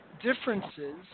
differences